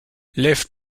left